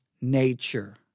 nature